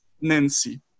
Nancy